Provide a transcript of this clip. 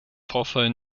vorfall